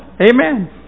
Amen